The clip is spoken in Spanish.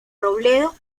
robledo